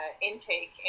intake